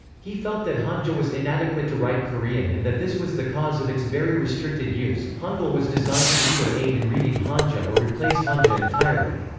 he felt that hanja was inadequate to write korean and that this was the cause of its very restricted use hangul was designed to either aid in reading hanja or replace hanja entirely.